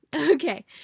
Okay